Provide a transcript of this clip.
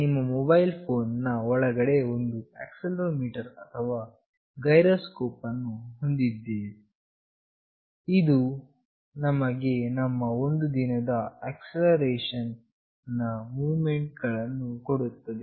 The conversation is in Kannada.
ನಮ್ಮ ಮೊಬೈಲ್ ಫೋನ್ ನ ಒಳಗಡೆ ಒಂದು ಆಕ್ಸೆಲೆರೋಮೀಟರ್ ಅಥವಾ ಗೈರೋಸ್ಕೋಪ್ ಅನ್ನು ಹೊಂದಿದ್ದೇವೆ ಇದು ನಮಗೆ ನಮ್ಮ ಒಂದು ದಿನದ ಆಕ್ಸೆಲರೇಷನ್ ನ ಮೂವ್ಮೆಂಟ್ ಗಳನ್ನು ಕೊಡುತ್ತದೆ